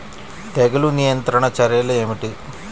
తెగులు నియంత్రణ చర్యలు ఏమిటి?